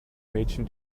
mädchen